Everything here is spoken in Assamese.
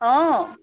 অঁ